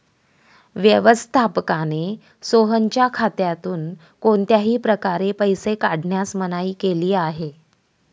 व्यवस्थापकाने सोहनच्या खात्यातून कोणत्याही प्रकारे पैसे काढण्यास मनाई केली आहे